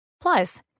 Plus